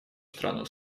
страну